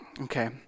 okay